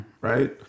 Right